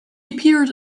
appeared